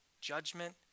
judgment